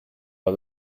are